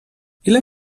ile